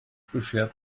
beschert